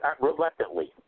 reluctantly